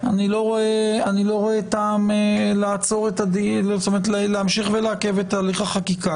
אני לא רואה טעם להמשיך ולעכב את תהליך החקיקה,